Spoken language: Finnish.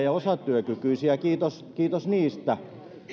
ja osatyökykyisiä kiitos kiitos niistä